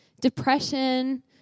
depression